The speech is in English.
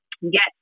Yes